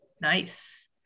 nice